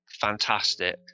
fantastic